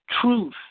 Truth